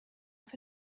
auf